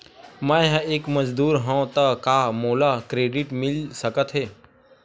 मैं ह एक मजदूर हंव त का मोला क्रेडिट मिल सकथे?